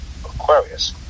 Aquarius